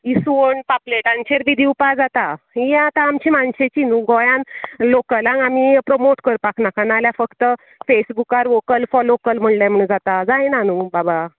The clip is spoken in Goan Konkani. इसवोण पापलेटांचेर बी दिवपा जाता ही आतां आमची मानशेची न्हू गोंयान लोकलांक आमी प्रोमोट करपाक नाका नाल्या फक्त फेसबुकार वोकल फाॅर लोकल म्हटले म्हण जाता जायना न्हू बाबा